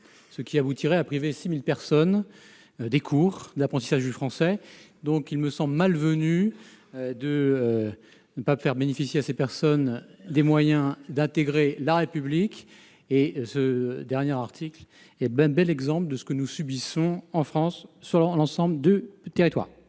Cela aboutirait à priver 6 000 personnes des cours d'apprentissage du français. Il me semble malvenu de ne pas faire bénéficier ces personnes des moyens d'intégrer la République. Ce dernier article rattaché à la mission est un bel exemple de ce que nous subissons en France, sur l'ensemble du territoire.